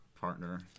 partner